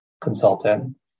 consultant